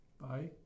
Bye